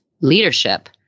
leadership